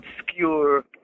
obscure